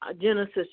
Genesis